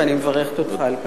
ואני מברכת אותך על כך.